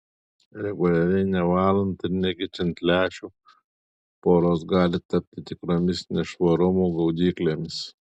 reguliariai nevalant ir nekeičiant lęšių poros gali tapti tikromis nešvarumų gaudyklėmis